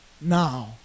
Now